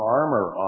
armor